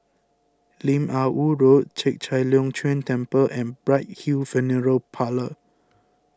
Lim Ah Woo Road Chek Chai Long Chuen Temple and Bright Hill Funeral Parlour